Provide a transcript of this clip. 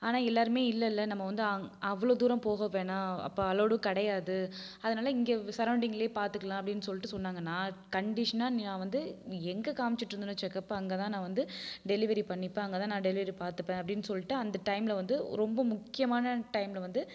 ஆனால் எல்லாருமே இல்லைல்ல நம்ம வந்து அங் அவ்வளோ தூரம் போக வேணாம் அப்போ அலௌடும் கிடையாது அதனால் இங்கே சரௌண்டிங்கிலே பார்த்துக்கலாம் அப்படின்னு சொல்லிட்டு சொன்னாங்க நான் கண்டிஷனாக நான் வந்து எங்கே காமிச்சிகிட்டு இருந்தனோ செக்அப்பு அங்க தான் நான் வந்து டெலிவரி பண்ணிப்பேன் அங்கே தான் நான் டெலிவரி பார்த்துப்பேன் அப்படின்னு சொல்லிட்டு அந்த டைம்மில் வந்து ரொம்ப முக்கியமான டைம்மில் வந்து